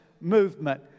movement